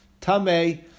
Tame